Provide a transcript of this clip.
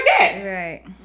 Right